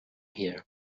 here